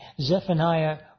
Zephaniah